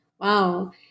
Wow